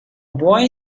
boy